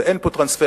ואין פה טרנספר.